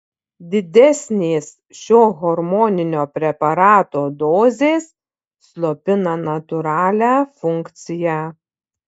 didesnės šio hormoninio preparato dozės slopina natūralią funkciją